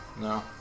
No